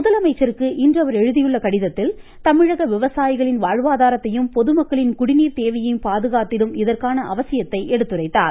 முதலமைச்சருக்கு இன்று அவர் எழுதிய கடிதத்தில் தமிழக விவசாயிகளின் வாழ்வாதாரத்தையும் பொதுமக்களின் குடிநீர் தேவையையும் பாதுகாத்திடும் இதற்கான அவசியத்தை எடுத்துரைத்துள்ளார்